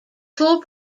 full